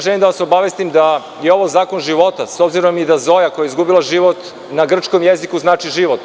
Želim da vas obavestim da je ovo zakon života, s obzirom da Zoja koja je izgubila život, na grčkom jeziku znači život.